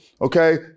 okay